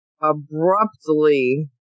abruptly